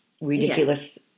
ridiculous